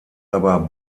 aber